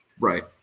right